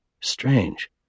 Strange